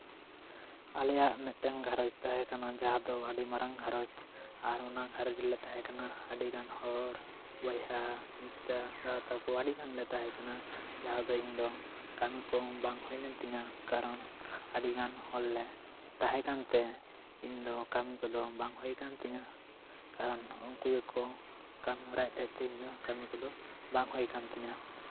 ᱟᱞᱮᱭᱟᱜ ᱢᱤᱫᱴᱟᱝ ᱜᱷᱟᱨᱚᱸᱡᱽ ᱛᱟᱦᱮᱸ ᱠᱟᱱᱟ ᱡᱟᱦᱟᱸ ᱫᱚ ᱟᱹᱰᱤ ᱢᱟᱨᱟᱝ ᱜᱷᱟᱨᱚᱸᱡᱽ ᱟᱨ ᱚᱱᱟ ᱜᱷᱟᱨᱚᱸᱡᱽ ᱨᱮᱞᱮ ᱛᱟᱦᱮᱸ ᱠᱟᱱᱟ ᱟᱹᱰᱤᱜᱟᱱ ᱦᱚᱲ ᱵᱚᱭᱦᱟ ᱢᱤᱥᱨᱟ ᱫᱟᱫᱟ ᱛᱟᱠᱚ ᱟᱹᱰᱤᱜᱟᱱ ᱞᱮ ᱛᱟᱦᱮᱸ ᱠᱟᱱᱟ ᱡᱟᱦᱟᱸ ᱫᱚ ᱤᱧ ᱫᱚ ᱠᱟᱹᱢᱤ ᱠᱚ ᱵᱟᱝ ᱦᱩᱭ ᱞᱮᱱ ᱛᱤᱧᱟ ᱠᱟᱨᱚᱱ ᱟᱹᱰᱤᱜᱟᱱ ᱦᱚᱲᱞᱮ ᱛᱟᱦᱮᱸ ᱠᱟᱱᱛᱮ ᱤᱧ ᱫᱚ ᱠᱟᱹᱢᱤ ᱠᱚᱫᱚ ᱵᱟᱝ ᱦᱩᱭ ᱠᱟᱱ ᱛᱤᱧᱟ ᱠᱟᱨᱚᱱ ᱩᱱᱠᱩ ᱜᱮᱠᱚ ᱠᱟᱹᱢᱤ ᱦᱚᱨᱟᱭᱮᱜ ᱛᱟᱦᱮᱸᱜ ᱛᱮ ᱤᱧ ᱫᱚ ᱠᱟᱹᱢᱤ ᱠᱚᱫᱚ ᱵᱟᱝ ᱦᱩᱭ ᱠᱟᱱ ᱛᱤᱧᱟ